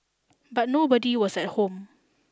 but nobody was at home